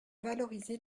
valoriser